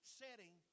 setting